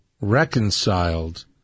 reconciled